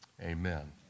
amen